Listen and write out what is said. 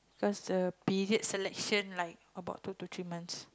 cause the period selection like about two to three months